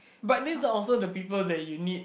but these are also the people that you need